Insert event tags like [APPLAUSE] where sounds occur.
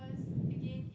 [BREATH]